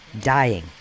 dying